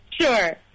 sure